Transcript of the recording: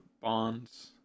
bonds